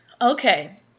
Okay